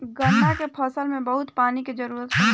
गन्ना के फसल में बहुत पानी के जरूरत पड़ेला